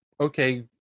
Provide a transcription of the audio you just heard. okay